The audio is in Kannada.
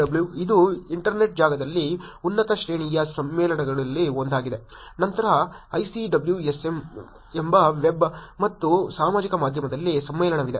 WWW ಇದು ಇಂಟರ್ನೆಟ್ ಜಾಗದಲ್ಲಿ ಉನ್ನತ ಶ್ರೇಣಿಯ ಸಮ್ಮೇಳನಗಳಲ್ಲಿ ಒಂದಾಗಿದೆ ನಂತರ ICWSM ಎಂಬ ವೆಬ್ ಮತ್ತು ಸಾಮಾಜಿಕ ಮಾಧ್ಯಮದಲ್ಲಿ ಸಮ್ಮೇಳನವಿದೆ